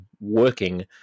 working